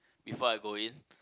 before I go in